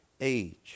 age